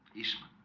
eastman